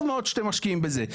טוב מאוד שאתם משקיעים בזה.